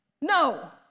No